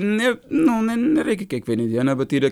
ne ne nereikia kiekvieną dieną bet yra